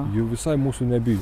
ji visai mūsų nebijo